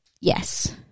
Yes